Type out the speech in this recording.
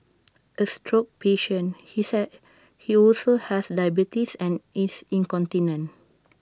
A stroke patient he say he also has diabetes and is incontinent